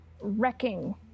wrecking